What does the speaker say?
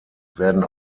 werden